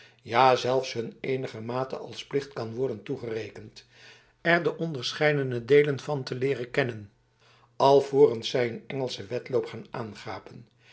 ja zelfs hun eenigermate als plicht kan worden toegerekend er de onderscheidene deelen van te leeren kennen alvorens zij een engelschen wedloop gaan aangapen